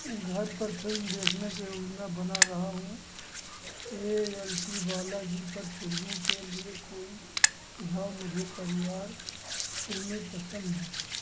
घर पर फिल्म देखने के योजना बना रहा हूँ ए एल टी बालाजी पर फिल्मों के लिए कोई सुझाव मुझे परिवार फिल्में पसंद है